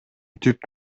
түп